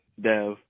Dev